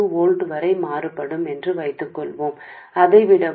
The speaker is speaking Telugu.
2 వోల్ట్ల వరకు మారుతుంది అని అనుకోండి